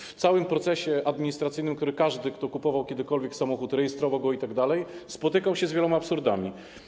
W całym procesie administracyjnym każdy, kto kupował kiedykolwiek samochód, rejestrował go itd., spotykał się z wieloma absurdami.